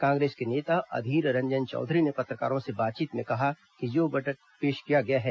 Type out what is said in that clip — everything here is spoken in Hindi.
कांग्रेस के नेता अधीर रंजन चौधरी ने पत्रकारों से बातचीत में कहा कि जो बजट पेश किया गया है